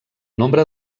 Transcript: nombre